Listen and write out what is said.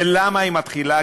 ולמה היא מתחילה?